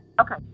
Okay